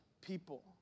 people